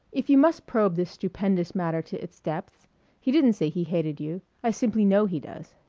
if you must probe this stupendous matter to its depths he didn't say he hated you. i simply know he does.